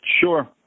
Sure